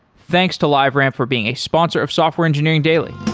thanks to liveramp for being a sponsor of software engineering daily.